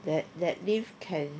that that lift can